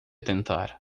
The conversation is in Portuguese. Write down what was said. tentar